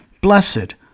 Blessed